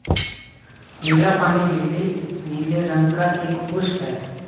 नीला पानी लीली नीले रंग का एक पुष्प है